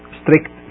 strict